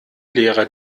lehrer